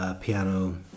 Piano